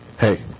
Hey